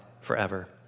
forever